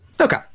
Okay